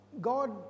God